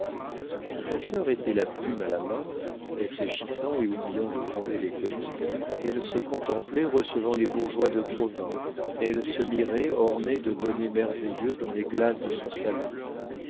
si sa sœur était la plume à la main réfléchissant et oubliant de gronder les commis elle se contemplait recevant les bourgeois de provins elle se mirait ornée de bonnets merveilleux dans les glaces de son salon